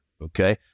Okay